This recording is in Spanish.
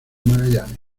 magallanes